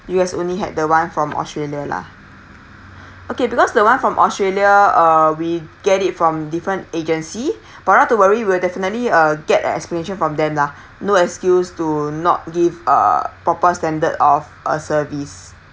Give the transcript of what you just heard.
you guys only had the one from australia lah okay because the one from australia uh we get it from different agency but not to worry will definitely uh get an explanation from them lah no excuse to not give uh proper standard of uh service